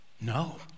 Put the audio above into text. No